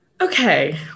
Okay